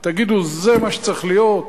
תגידו: זה מה שצריך להיות,